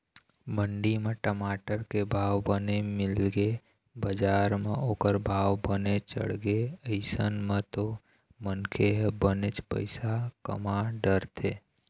मंडी म टमाटर के भाव बने मिलगे बजार म ओखर भाव बने चढ़गे अइसन म तो मनखे ह बनेच पइसा कमा डरथे